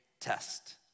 test